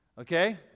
Okay